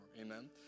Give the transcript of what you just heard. amen